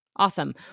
Awesome